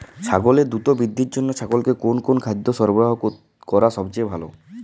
ছাগলের দ্রুত বৃদ্ধির জন্য ছাগলকে কোন কোন খাদ্য সরবরাহ করা সবচেয়ে ভালো?